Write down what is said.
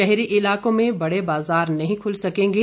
शहरी इलाकों में बड़े बाजार नहीं खुल सकेंगे